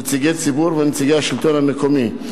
נציגי ציבור ונציגי השלטון המקומי.